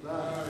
תודה.